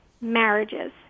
marriages